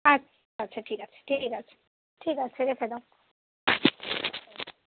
আচ্ছা আচ্ছা ঠিক আছে ঠিক আছে ঠিক আছে রেখে দাও